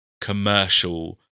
commercial